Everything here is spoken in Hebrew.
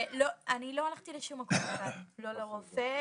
אני לא הלכתי לשום מקום לבד לא לרופא,